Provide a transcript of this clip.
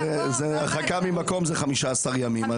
הרחקה ממקום זה חמישה עשר ימים.